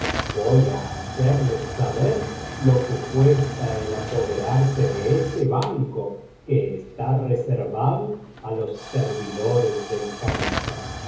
voy á hacerles saber lo que cuesta el apoderarse de ese banco que está reservado á los servidores del califa y